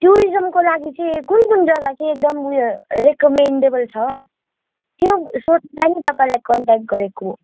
टुरिजमको लागि चाहिँ कुनकुन जग्गा चाहिँ एकदम रेकमेन्डेबल छ त्यो सोध्नुलाई नि तपाईँलाई कन्ट्याक्ट गरेको